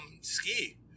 ski